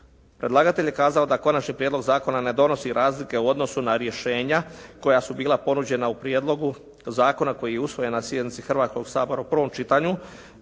Predlagatelj je kazao da konačni prijedlog zakona ne donosi razlike u odnosu na rješenja koja su bila ponuđena u prijedlogu zakona koji je usvojen na sjednici Hrvatskoga sabora u prvom čitanju